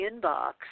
inbox